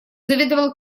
заведовал